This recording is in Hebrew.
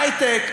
הייטק,